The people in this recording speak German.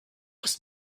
ist